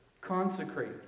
Consecrate